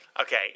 Okay